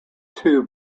two